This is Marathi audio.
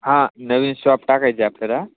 हां नवीन शॉप टाकायची आपल्याला